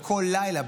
וכל לילה,